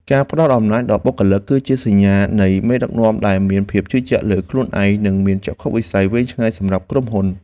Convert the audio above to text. ការផ្តល់អំណាចដល់បុគ្គលិក គឺជាសញ្ញានៃមេដឹកនាំដែលមានភាពជឿជាក់លើខ្លួនឯងនិងមានចក្ខុវិស័យវែងឆ្ងាយសម្រាប់ក្រុមហ៊ុន។